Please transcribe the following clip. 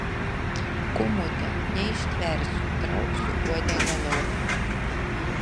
kūmute neištversiu trauksiu uodegą lauk